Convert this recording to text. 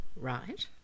Right